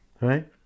Right